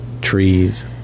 trees